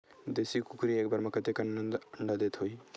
देशी कुकरी एक बार म कतेकन अंडा देत होही?